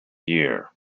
year